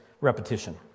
repetition